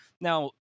Now